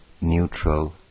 neutral